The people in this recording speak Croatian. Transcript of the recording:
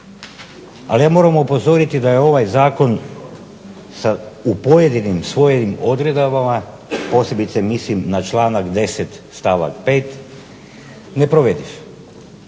Ali ja moram upozoriti da je ovaj zakon u pojedinim svojim odredbama posebice mislim na članak 10. stavak 5. neprovediv.